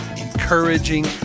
encouraging